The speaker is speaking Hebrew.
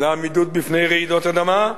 לעמידות בפני רעידות אדמה,